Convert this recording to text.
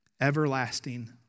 Everlasting